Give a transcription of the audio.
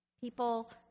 People